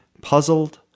puzzled